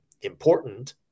important